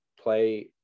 play